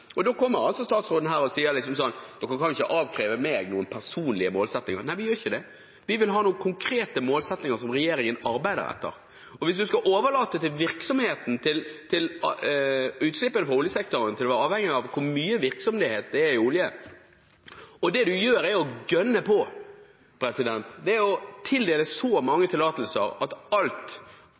og så kommer altså statsråden her og sier at dere kan ikke avkreve meg noen personlige målsettinger. Nei, vi gjør ikke det. Vi vil ha noen konkrete målsettinger som regjeringen arbeider etter. Og hvis utslippene fra oljesektoren skal være avhengig av hvor mye virksomhet det er i olje, og det du gjør, er å «gønne på» og å tildele så mange tillatelser at alt